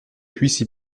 puisse